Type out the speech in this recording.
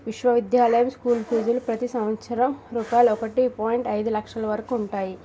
విశ్వవిద్యాలయం స్కూల్ ఫీజులు ప్రతి సంవత్సరం రూపాయలు ఒకటి పాయింట్ ఐదు లక్షల వరకు ఉంటాయి